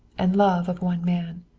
and love of one man.